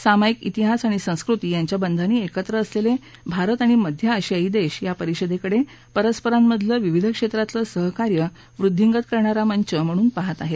सामायिक इतिहास आणि संस्कृती यांच्या बंधांनी एकत्र असलेले भारत आणि मध्य आशियायी देश या परिषदेकडे परस्परांमधलं विविध क्षेत्रातलं सहकार्य वृद्धिंगत करणारा मंच म्हणून पाहात आहेत